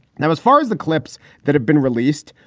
now, as far as the clips that have been released,